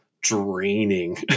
draining